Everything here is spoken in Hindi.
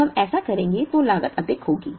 अब हम ऐसा करेंगे तो लागत अधिक होगी